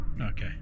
Okay